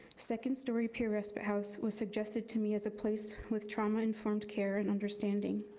second story peer respite house was suggested to me as a place with trauma-informed care and understanding.